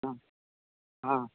हां हां